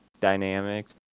dynamics